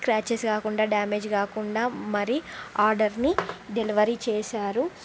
scratches కాకుండా damage కాకుండా మరి ఆర్డర్ని డెలివరీ చేశారు